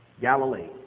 Galilee